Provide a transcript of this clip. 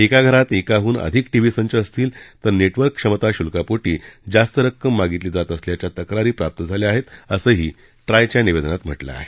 एका घरात एकाहून अधिक टीव्ही संच असतील तर नेटवर्क क्षमता शुल्कापोटी जास्त रक्कम मागितली जात असल्याच्या तक्रारी प्राप्त झाल्या आहेत असंही ट्रायच्या निवेदनात म्हटलं आहे